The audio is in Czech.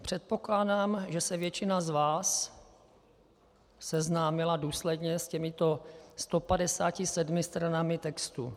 Předpokládám, že se většina z vás seznámila důsledně s těmito 157 stranami textu.